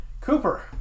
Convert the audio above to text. Cooper